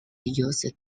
used